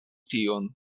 tion